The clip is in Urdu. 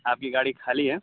آپ کی گاڑی خالی ہے